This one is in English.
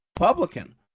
Republican